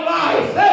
life